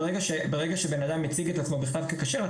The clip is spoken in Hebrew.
ברגע שבן אדם מציג את עצמו בכתב ככשר,